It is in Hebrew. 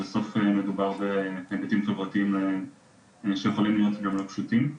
בסוף מדובר בהיבטים חברתיים שיכולים להיות גם לא פשוטים.